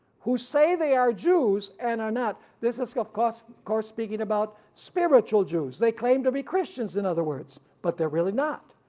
who say they are jews and are not, this is of course course speaking about spiritual jews they claim to be christians in other words, but they're really not.